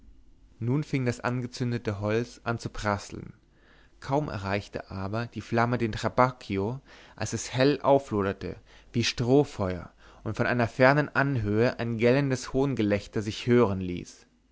nun fing das angezündete holz an zu prasseln kaum erreichte aber die flamme den trabacchio als es hell aufloderte wie strohfeuer und von einer fernen anhöhe ein gellendes hohngelächter sich hören ließ